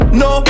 no